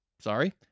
Sorry